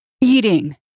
eating